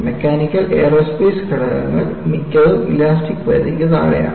mechanical aerospace ഘടകങ്ങൾ മിക്കതും elastic പരിധിക്കു താഴെയാണ്